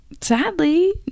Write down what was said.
sadly